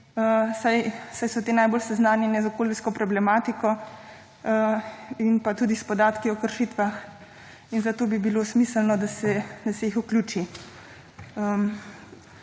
saj so te najbolj seznanjene z okoljsko problematiko in tudi s podatki o kršitvah. Zato bi bilo smiselno, da se jih vključi.